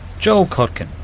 joel kotkin,